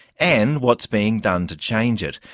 and what's being done to change it.